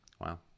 Wow